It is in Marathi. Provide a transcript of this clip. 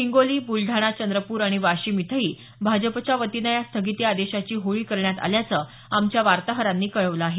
हिंगोली बुलडाणा चंद्रपूर आणि वशिम इथंही भाजपच्या वतीनं या स्थगिती आदेशाची होळी करण्यात आल्याचं आमच्या वार्ताहरांनी कळवलं आहे